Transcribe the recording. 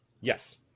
Yes